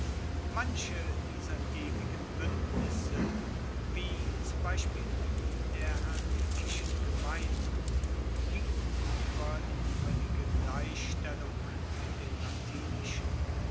manche dieser ewigen buendnisse wie zum beispiel die der hernikischen gemeinden gingen ueber in voellige gleichstellung mit den latinischen